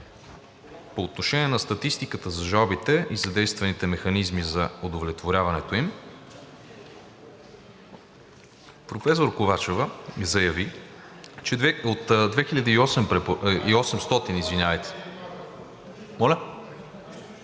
По отношение на статистиката за жалбите и задействаните механизми за удовлетворяването им професор Ковачева заяви, че от 2800 препоръки, които